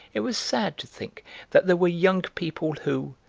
it was sad to think that there were young people who,